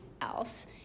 else